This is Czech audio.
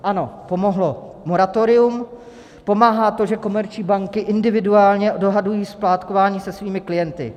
Ano, pomohlo moratorium, pomáhá to, že komerční banky individuálně dohadují splátkování se svými klienty.